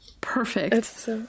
perfect